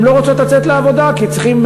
הן לא רוצות לצאת לעבודה כי צריכים